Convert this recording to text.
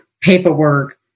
paperwork